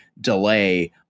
delay